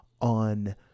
on